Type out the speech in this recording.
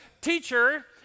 Teacher